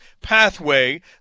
pathway